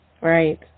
Right